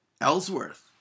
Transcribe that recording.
ellsworth